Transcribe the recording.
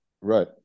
Right